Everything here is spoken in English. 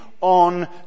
on